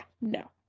no